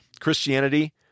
Christianity